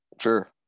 Sure